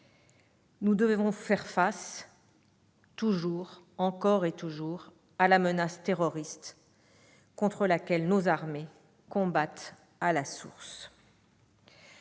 Nous devons faire face, encore et toujours, à la menace terroriste, contre laquelle nos armées combattent à la source.